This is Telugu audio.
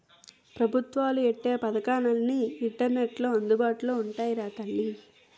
పెబుత్వాలు ఎట్టే పదకాలన్నీ ఇంటర్నెట్లో అందుబాటులో ఉంటాయిరా తల్లీ